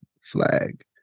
flag